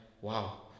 wow